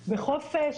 בחופש,